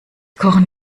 kochen